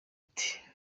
ati